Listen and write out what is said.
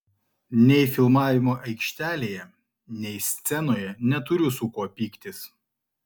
nei filmavimo aikštelėje nei scenoje neturiu su kuo pyktis